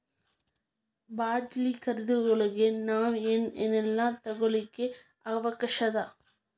ಬಾಡ್ಗಿ ಖರಿದಿಯೊಳಗ್ ನಾವ್ ಏನ್ ಏನೇಲ್ಲಾ ತಗೊಳಿಕ್ಕೆ ಅವ್ಕಾಷದ?